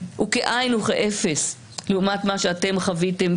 הוא כאין וכאפס לעומת מה שאתם חוויתם.